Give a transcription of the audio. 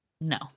no